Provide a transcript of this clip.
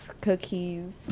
cookies